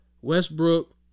Westbrook